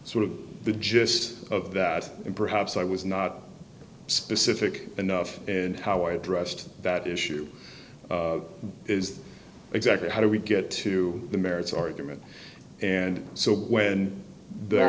sort of the gist of that and perhaps i was not specific enough and how i addressed that issue is exactly how do we get to the merits argument and so when